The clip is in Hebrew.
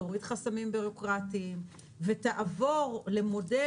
תוריד חסמים בירוקרטיים ותעבור למודל,